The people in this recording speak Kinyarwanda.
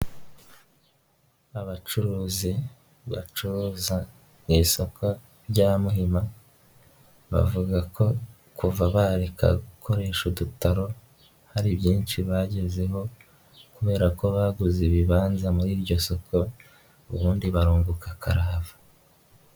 Abacuruzi bacuruza ibisapa rya muhima, bavuga ko kuva bareka gukoresha udutaro hari byinshi bagezeho kubera ko baguze ibibanza muri iryo soko, ubundi barumbuka karahava.